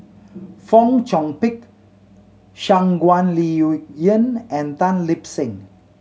Fong Chong Pik Shangguan Liuyun and Tan Lip Seng